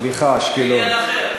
סליחה, אשקלון.